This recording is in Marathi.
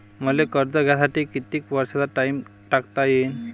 मले कर्ज घ्यासाठी कितीक वर्षाचा टाइम टाकता येईन?